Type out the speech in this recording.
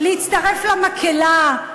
להצטרף למקהלה.